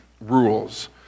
rules